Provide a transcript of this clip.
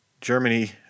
Germany